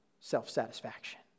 self-satisfaction